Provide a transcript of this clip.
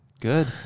Good